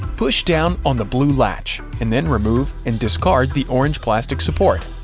push down on the blue latch, and then remove and discard the orange plastic support.